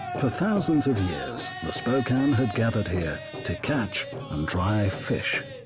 for thousands of years, the spokane had gathered here to catch and dry fish.